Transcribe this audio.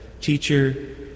Teacher